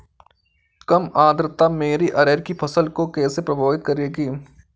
कम आर्द्रता मेरी अरहर की फसल को कैसे प्रभावित करेगी?